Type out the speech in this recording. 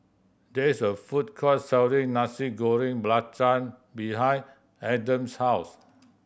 there is a food court selling Nasi Goreng Belacan behind Adams' house